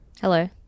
Hello